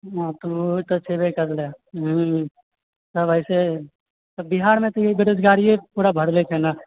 हँ ओ तऽ छेबे करलै सब ऐसे बिहारमे तऽ ई बेरोजगारिये पूरा भरले छै ने